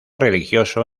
religioso